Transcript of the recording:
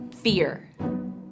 Fear